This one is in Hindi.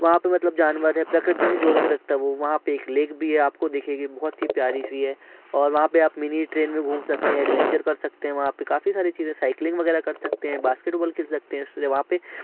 वहाँ पर मतलब जानवर है प्रकृति से जोड़कर रखता है वो वहाँ पे एक लेख भी है आपको दिखेगी बहुत ही प्यारी सी है और वहाँ पे आप मिनी ट्रेन में घूम सकते हैं एडवेंचर कर सकते हैं वहाँ पे काफ़ी सारी चीज़ें साइकलिंग वगैरह कर सकते हैं बास्केटबॉल खेल सकते हैं वहाँ पे